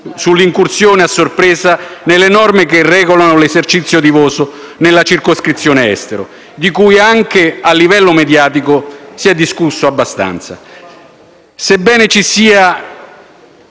sull'incursione a sorpresa nelle norme che regolano l'esercizio di voto nella circoscrizione estero, di cui anche a livello mediatico si è discusso abbastanza.